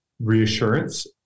reassurance